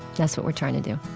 that's what we're trying to do